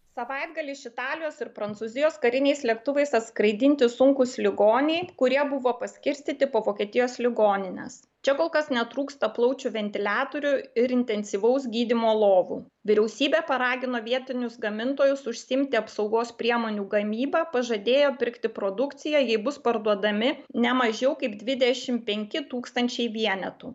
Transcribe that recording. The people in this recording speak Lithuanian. savaitgalį iš italijos ir prancūzijos kariniais lėktuvais atskraidinti sunkūs ligoniai kurie buvo paskirstyti po vokietijos ligonines čia kol kas netrūksta plaučių ventiliatorių ir intensyvaus gydymo lovų vyriausybė paragino vietinius gamintojus užsiimti apsaugos priemonių gamyba pažadėjo pirkti produkciją jei bus parduodami ne mažiau kaip dvidešim penki tūkstančiai vienetų